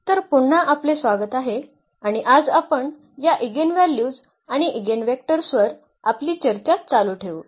तर पुन्हा आपले स्वागत आहे आणि आज आपण या इगेनव्ह्ल्यूज आणि इगेनवेक्टर्स वर आपली चर्चा चालू ठेवू